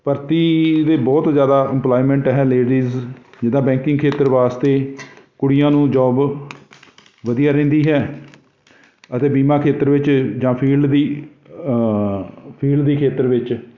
ਭਰਤੀ ਦੇ ਬਹੁਤ ਜ਼ਿਆਦਾ ਇਮਪਲੋਇਮੈਂਟ ਹੈ ਲੇਡੀਜ਼ ਜਿੱਦਾਂ ਬੈਂਕਿੰਗ ਖੇਤਰ ਵਾਸਤੇ ਕੁੜੀਆਂ ਨੂੰ ਜੋਬ ਵਧੀਆ ਰਹਿੰਦੀ ਹੈ ਅਤੇ ਬੀਮਾ ਖੇਤਰ ਵਿੱਚ ਜਾਂ ਫੀਲਡ ਦੀ ਫੀਲਡ ਦੇ ਖੇਤਰ ਵਿੱਚ